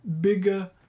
bigger